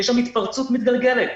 יש שם התפרצות מתגלגלת,